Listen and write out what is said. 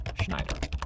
Schneider